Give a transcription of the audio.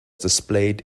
displayed